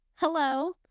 Hello